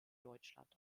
deutschland